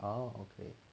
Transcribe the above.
ah okay